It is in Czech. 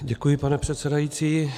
Děkuji, pane předsedající.